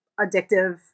addictive